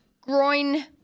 Groin